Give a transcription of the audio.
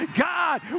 God